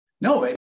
No